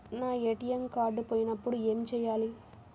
నా ATM card పోయినప్పుడు ఏమి చేయాలి?